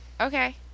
Okay